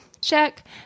check